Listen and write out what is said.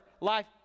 life